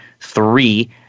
three